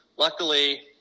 Luckily